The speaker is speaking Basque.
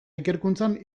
ikerkuntzan